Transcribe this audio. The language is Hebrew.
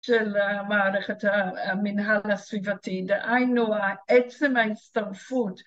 ‫של מערכת המנהל הסביבתי. ‫דהיינו, עצם ההצטרפות